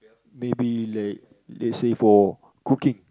maybe like let's say for cooking